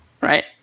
right